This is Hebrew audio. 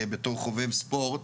בתור חובב ספורט,